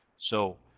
so